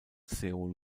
seoul